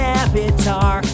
avatar